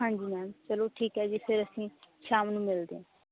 ਹਾਂਜੀ ਮੈਮ ਚਲੋ ਠੀਕ ਹੈ ਜੀ ਫਿਰ ਅਸੀਂ ਸ਼ਾਮ ਨੂੰ ਮਿਲਦੇ ਹਾਂ